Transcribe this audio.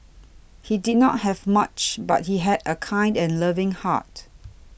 he did not have much but he had a kind and loving heart